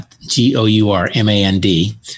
G-O-U-R-M-A-N-D